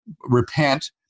repent